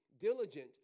diligent